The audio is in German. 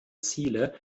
ziele